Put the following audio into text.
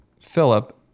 Philip